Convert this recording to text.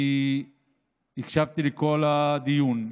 אני הקשבתי לכל הדיון,